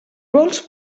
vols